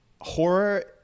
Horror